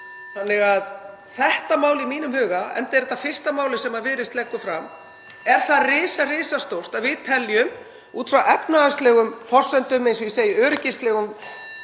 Þannig að þetta mál í mínum huga, enda er þetta fyrsta málið sem Viðreisn leggur fram, er það risastórt að við teljum út frá efnahagslegum forsendum, eins og ég segi, öryggislegum